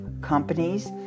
companies